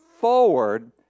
forward